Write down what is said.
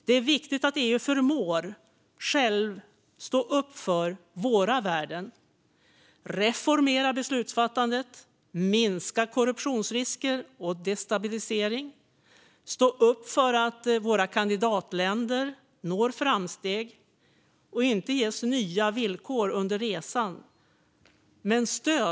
Det är också viktigt att EU självt förmår stå upp för våra värden genom att reformera beslutsfattandet, minska riskerna för korruption och destabilisering och stå upp för att våra kandidatländer når framsteg och inte ges nya villkor under resan.